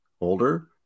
older